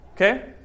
Okay